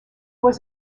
was